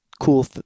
cool